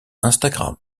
instagram